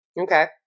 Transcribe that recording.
Okay